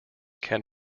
can